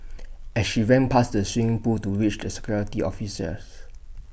as she ran past the swimming pool to reach the security officers